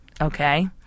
okay